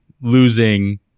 losing